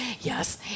yes